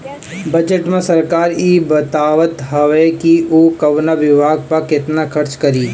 budget में सरकार इ बतावत हवे कि उ कवना विभाग पअ केतना खर्चा करी